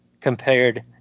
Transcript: compared